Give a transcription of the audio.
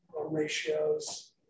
ratios